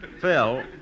Phil